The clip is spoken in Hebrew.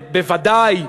בוודאי,